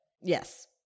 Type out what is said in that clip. yes